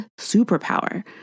superpower